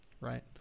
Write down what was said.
Right